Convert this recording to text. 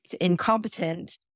incompetent